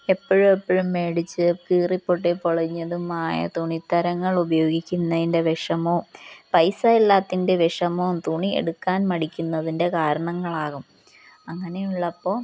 എപ്പോഴും എപ്പോഴും വേടിച്ച് കീറി പൊട്ടി പൊളിഞ്ഞതുമായ തുണിത്തരങ്ങൾ ഉപയോഗിക്കുന്നതിൻ്റെ വിഷമവും പൈസ ഇല്ലാത്തതിൻ്റെ വെഷമവും തുണി എടുക്കാൻ മടിക്കുന്നതിൻ്റെ കാരണങ്ങളാകും അങ്ങനെയുള്ളപ്പോൾ